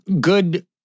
good